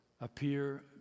appear